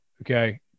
Okay